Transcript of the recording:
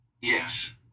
Yes